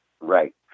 Right